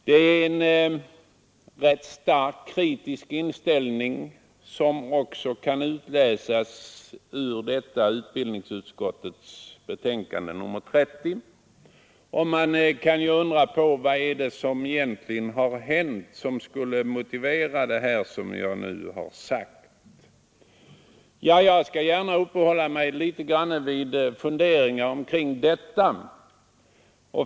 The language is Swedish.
Det är en ganska starkt kritisk inställning som kan utläsas ur utbildningsutskottets betänkande nr 30. Man kan undra vad som egentligen har hänt, som skulle motivera det jag nu har sagt. Jag tänkte uppehålla mig vid några funderingar kring detta.